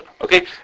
okay